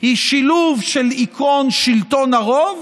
היא שילוב של עקרון שלטון הרוב